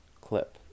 clip